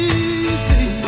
easy